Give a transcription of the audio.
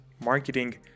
marketing